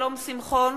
שלום שמחון,